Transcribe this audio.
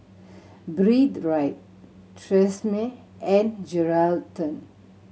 Breathe Right Tresemme and Geraldton